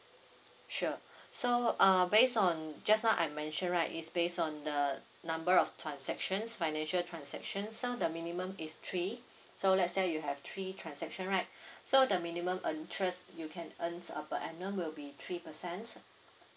sure so uh based on just now I mentioned right it's based on the number of transactions financial transaction so the minimum is three so let's say you have three transaction right so the minimum uh interest you can earn uh per annum will be three percent